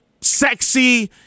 sexy